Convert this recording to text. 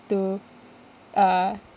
to uh